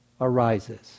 arises